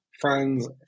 friends